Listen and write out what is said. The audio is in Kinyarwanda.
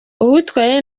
uwitwaye